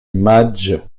madge